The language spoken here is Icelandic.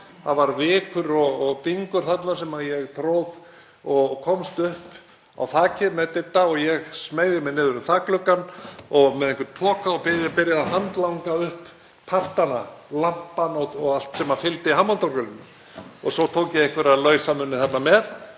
Það var vikur og bingur þarna sem ég gróf og komst upp á þakið með Didda. Ég smeygði mér niður um þakgluggann með einhvern poka og byrjaði að handlanga upp partana, lampann og allt sem fylgdi Hammond-orgelinu. Svo tók ég einhverja lausamuni þarna með.